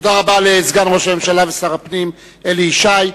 תודה רבה לסגן ראש הממשלה ושר הפנים, אלי ישי.